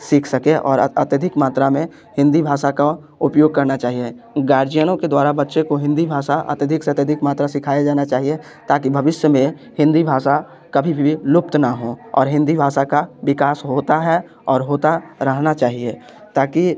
सीख सके और अत्यधिक मात्रा में हिंदी भाषा का उपयोग करना चाहिए गार्जियनों के द्वारा बच्चे को हिंदी भाषा अत्यधिक से अत्यधिक मात्रा सिखाया जाना चाहिए ताकि भविष्य में हिंदी भाषा कभी भी लुप्त ना हों और हिंदी भाषा का विकास होता है और होता रहना चाहिए ताकि